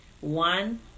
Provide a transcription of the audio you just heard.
One